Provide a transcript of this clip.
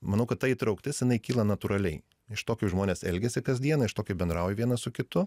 manau kad tą įtrauktis jinai kyla natūraliai iš to kaip žmonės elgiasi kasdieną iš to kaip bendrauja vienas su kitu